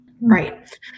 Right